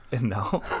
no